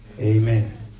Amen